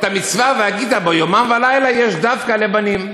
את המצווה "והגית בו יומם ולילה" יש דווקא לבנים.